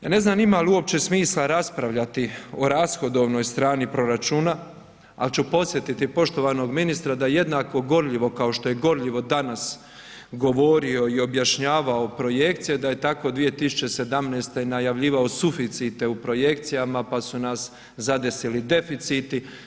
Ja ne znam ima li uopće smisla raspravljati o rashodovnoj strani proračuna, ali ću podsjetiti poštovanog ministra da jednako gorljivo kao što je gorljivo danas govorio i objašnjavao projekcije, da je tako 2017. najavljivao suficite u projekcijama pa su nas zadesili deficiti.